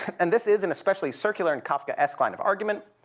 and this is an especially circular and kafkaesque line of argument.